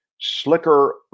slicker